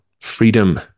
freedom